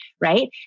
Right